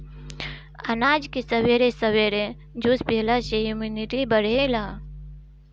अनार के सबेरे सबेरे जूस पियला से इमुनिटी बढ़ेला